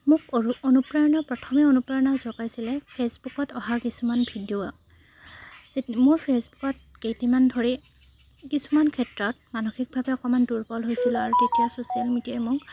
মোক অৰু অনুপ্ৰেৰণা প্ৰথমে অনুপ্ৰেৰণা জগাইছিলে ফে'চবুকত অহা কিছুমান ভিডিঅ' য মোৰ ফে'চবুকত কেইদিনমান ধৰি কিছুমান ক্ষেত্ৰত মানসিকভাৱে অকণমান দুৰ্বল হৈছিলোঁ আৰু তেতিয়া ছ'চিয়েল মিডিয়াই মোক